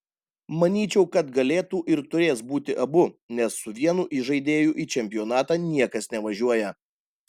manyčiau kad galėtų ir turės būti abu nes su vienu įžaidėju į čempionatą niekas nevažiuoja